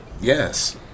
Yes